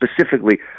specifically